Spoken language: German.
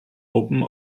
open